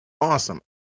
awesome